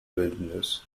business